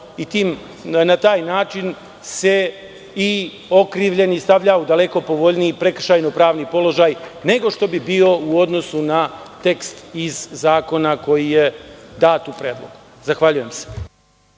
i tako se i okrivljeni stavlja u daleko povoljniji prekršajno-pravni položaj nego što bi bio u odnosu na tekst iz zakona koji je dat u predlogu. Zahvaljujem se.